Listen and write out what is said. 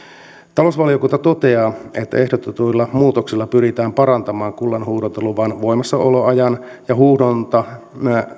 talousvaliokunta toteaa että ehdotetuilla muutoksilla pyritään parantamaan kullanhuuhdontaluvan voimassaoloajan ja huuhdonta